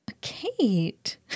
Kate